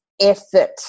effort